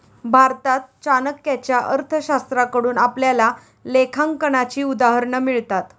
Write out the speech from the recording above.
भारतात चाणक्याच्या अर्थशास्त्राकडून आपल्याला लेखांकनाची उदाहरणं मिळतात